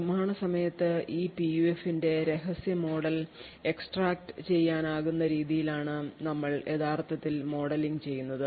നിർമ്മാണ സമയത്ത് ഈ പിയുഎഫിന്റെ രഹസ്യ മോഡൽ എക്സ്ട്രാക്റ്റുചെയ്യാനാകുന്ന രീതിയിലാണ് ഞങ്ങൾ യഥാർത്ഥത്തിൽ മോഡലിംഗ് ചെയ്യുന്നത്